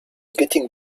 getting